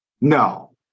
No